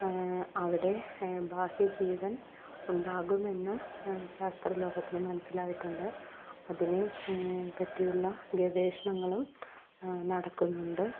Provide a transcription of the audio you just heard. അവിടെ ബാഹ്യ ജീവൻ ഉണ്ടാകുമെന്ന് ശാസ്ത്ര ലോകത്തിന് മനസ്സിലായിട്ടുണ്ട് അതിനെ പറ്റിയുള്ള ഗവേഷണങ്ങളും നടക്കുന്നുണ്ട്